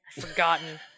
forgotten